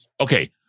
Okay